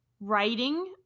writing